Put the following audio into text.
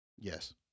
Yes